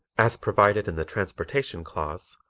as provided in the transportation clause,